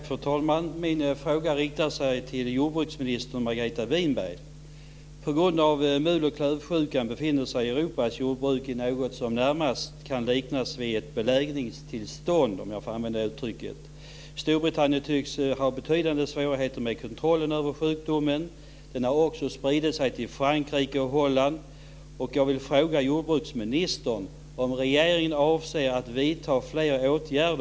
Fru talman! Min fråga riktar sig till jordbruksminister Margareta Winberg. På grund av mul och klövsjukan befinner sig Europas jordbruk i något som närmast kan liknas vid ett belägringstillstånd, om jag får använda uttrycket. Storbritannien tycks ha betydande svårigheter med kontrollen över sjukdomen. Den har också spridit sig till Frankrike och Holland.